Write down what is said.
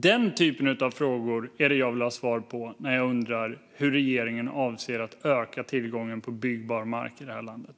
Den typen av frågor är det jag vill ha svar på när jag undrar hur regeringen avser att öka tillgången på byggbar mark i det här landet.